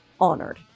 honored